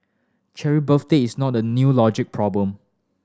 Cheryl birthday is not a new logic problem